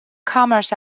commerce